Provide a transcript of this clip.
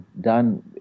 done